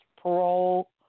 parole